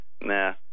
nah